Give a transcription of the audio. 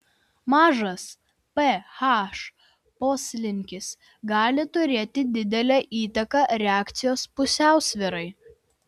mažas ph poslinkis gali turėti didelę įtaką reakcijos pusiausvyrai